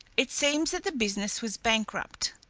it seems that the business was bankrupt.